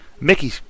Mickey